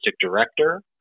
director